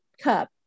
cup